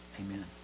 amen